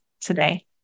today